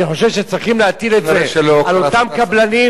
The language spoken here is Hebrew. אני חושב שצריכים להטיל את זה על אותם קבלנים,